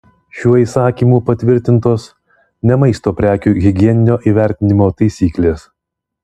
šiuo įsakymu patvirtintos ne maisto prekių higieninio įvertinimo taisyklės